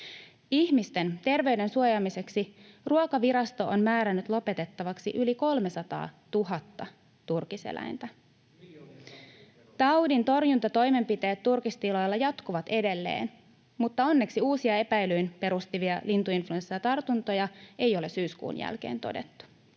Ihmisten terveyden suojaamiseksi Ruokavirasto on määrännyt lopetettavaksi yli 300 000 turkiseläintä. [Mauri Peltokangas: Se on miljoonien tappiot veronmaksajille!] Taudin torjuntatoimenpiteet turkistiloilla jatkuvat edelleen, mutta onneksi uusia epäilyyn perustuvia lintuinfluenssatartuntoja ei ole syyskuun jälkeen todettu.